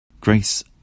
Grace